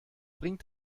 bringt